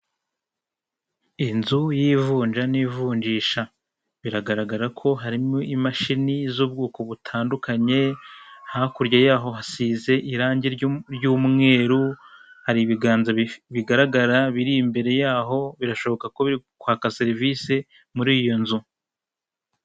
Inzu y'ivunja n'ivunjisha biragaragara ko harimo imashini z'ubwoko butandukanye, hakurya yaho hasize irangi ry'umweru, hari ibiganza bigaragara biri imbere yaho, birashoboka ko biri kwaka serivisi muri iyo nzu.